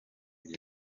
ibi